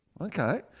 Okay